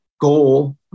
goal